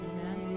Amen